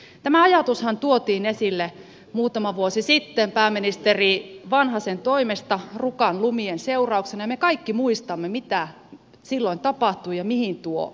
tämä ajatushan tuotiin esille muutama vuosi sitten pääministeri vanhasen toimesta rukan lumien seurauksena ja me kaikki muistamme mitä silloin tapahtui ja mihin tuo johti